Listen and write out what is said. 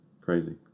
crazy